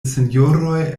sinjoroj